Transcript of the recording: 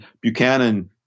Buchanan